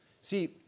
See